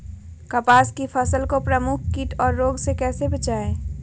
कपास की फसल को प्रमुख कीट और रोग से कैसे बचाएं?